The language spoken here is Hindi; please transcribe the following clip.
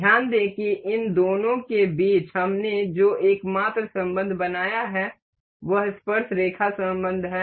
ध्यान दें कि इन दोनों के बीच हमने जो एकमात्र संबंध बनाया है वह स्पर्शरेखा संबंध है